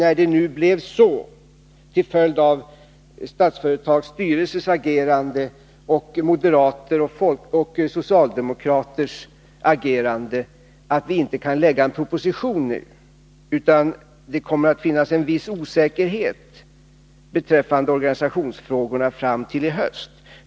Vi kan till följd av Statsföretags styrelses samt moderaters och socialdemokraters agerande inte lägga fram en proposition nu, utan det kommer att finnas kvar en viss osäkerhet beträffande organisationsfrågorna fram tilli höst.